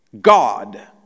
God